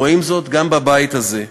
רואים זאת גם בבית הזה,